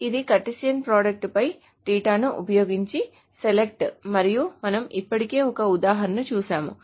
ఇది Cartesian product పై తీటాను ఉపయోగించి సెలెక్ట్ మరియు మనము ఇప్పటికే ఒక ఉదాహరణను చూశాము